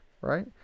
right